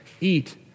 eat